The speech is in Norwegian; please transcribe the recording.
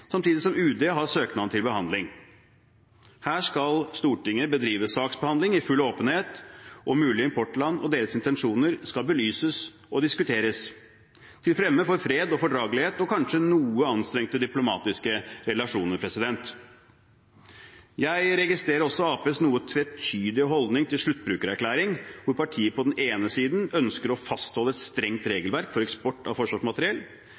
samtidig som UD har søknaden til behandling. Her skal Stortinget bedrive saksbehandling i full åpenhet, og mulige importland og deres intensjoner skal belyses og diskuteres – til fremme for fred og fordragelighet og kanskje noe anstrengte diplomatiske relasjoner. Jeg registrerer også Arbeiderpartiets noe tvetydige holdning til sluttbrukererklæring, hvor partiet på den ene siden ønsker å fastholde et strengt regelverk for eksport av forsvarsmateriell,